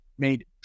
made